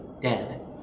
dead